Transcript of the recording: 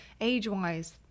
age-wise